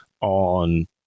on